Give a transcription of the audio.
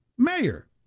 Mayor